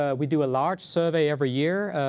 ah we do a large survey every year.